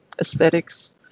aesthetics